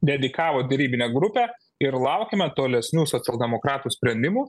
dedikavo derybinę grupę ir laukiame tolesnių socialdemokratų sprendimų